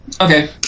okay